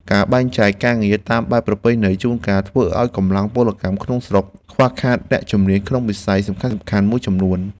ការបែងចែកការងារតាមបែបប្រពៃណីជួនកាលធ្វើឱ្យកម្លាំងពលកម្មក្នុងស្រុកខ្វះខាតអ្នកជំនាញក្នុងវិស័យសំខាន់ៗមួយចំនួន។